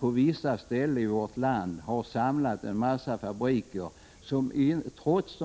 På vissa ställen i vårt land har man alltså samlat en mängd fabriker vilkas